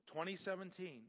2017